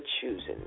choosing